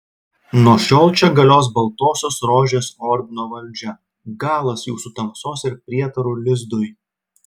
nuo šiol čia galios baltosios rožės ordino valdžia galas jūsų tamsos ir prietarų lizdui